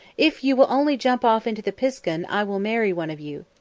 if you will only jump off into the piskun i will marry one of you.